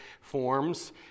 forms